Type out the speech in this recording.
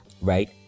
right